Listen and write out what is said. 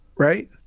Right